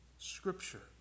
Scripture